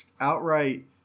outright